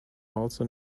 also